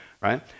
right